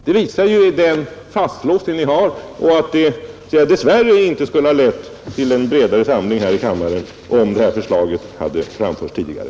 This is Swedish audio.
Det visar ju den fastlåsning ni har och att det dess värre inte skulle ha lett till en bredare samling här i kammaren, om detta förslag framförts tidigare.